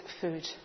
food